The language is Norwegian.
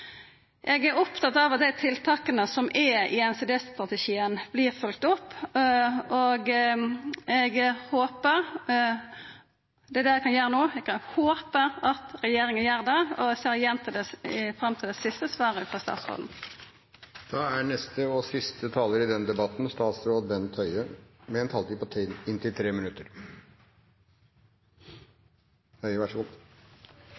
Eg er opptatt av at tiltaka i NCD-strategien vert følgde opp, og eg håpar – det er det eg kan gjera no – at regjeringa gjer det. Eg ser fram til det siste svaret frå statsråden. For å være veldig tydelig på dette: Det er nå et krav i folkehelseloven at kommunene i forbindelse med